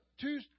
two